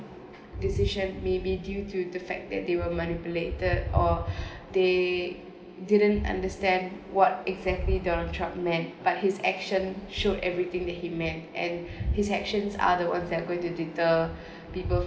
decision may be due to the fact that they were manipulated or they didn't understand what exactly donald trump meant but his action show everything that he meant and his actions are the ones that are going to deter people